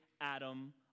Adam